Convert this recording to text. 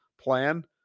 Plan